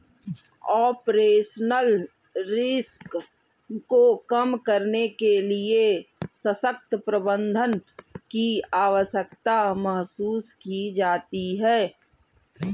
operational risk को कम करने के लिए सशक्त प्रबंधन की आवश्यकता महसूस की जाती है